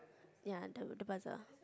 ya the the bazaar